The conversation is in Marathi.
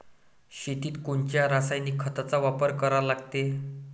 शेतीत कोनच्या रासायनिक खताचा वापर करा लागते?